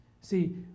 See